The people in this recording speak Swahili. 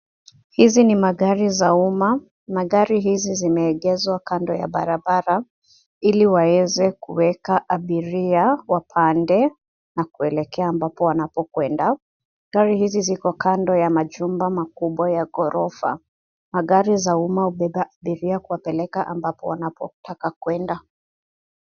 Hizi ni magari za umma. Magari hizi zimeegezwa kando ya barabara ili waweze kuweka abiria wapande na kuelekea ambapo wanapokwenda. Gari hizi ziko kando ya majumba makubwa ya ghorofa. Magari za umma huwabeba abiria kuwapeleka ambapo wanapotaka kuenda.